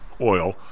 oil